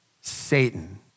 Satan